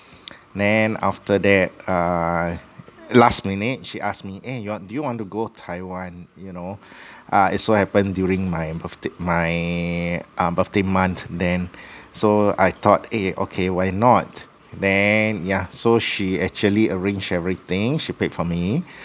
then after that uh last minute she ask me eh do you want to go taiwan you know err is so happen during my birthday my uh birthday month then so I though eh okay why not then yeah so she actually arrange everything she paid for me